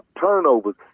turnovers